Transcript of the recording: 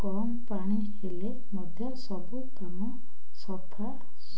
କମ୍ ପାଣି ହେଲେ ମଧ୍ୟ ସବୁ କାମ ସଫା